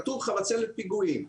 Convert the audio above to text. כתוב חבצלת פיגועים.